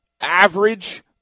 average